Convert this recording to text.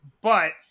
But-